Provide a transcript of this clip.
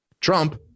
Trump